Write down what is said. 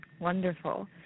wonderful